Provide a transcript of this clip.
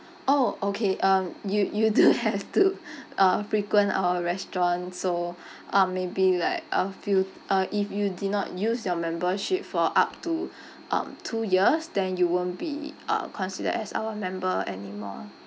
orh okay um you you do have to uh frequent our restaurant so uh maybe like a few uh if you did not use your membership for up to um two years then you won't be uh considered as our member anymore ah